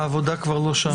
העבודה כבר לא שם.